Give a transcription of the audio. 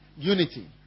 Unity